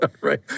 Right